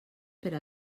per